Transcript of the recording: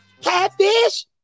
Catfish